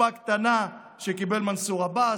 קופה קטנה שקיבל מנסור עבאס,